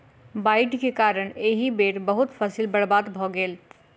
बाइढ़ के कारण एहि बेर बहुत फसील बर्बाद भअ गेल